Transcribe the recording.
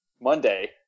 monday